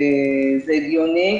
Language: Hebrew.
זה הגיוני,